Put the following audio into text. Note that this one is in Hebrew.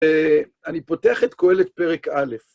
אני פותח את קהלת פרק א',